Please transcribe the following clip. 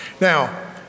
Now